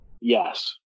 Yes